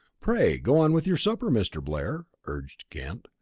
pray go on with your supper, mr. blair, urged kent.